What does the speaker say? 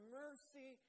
mercy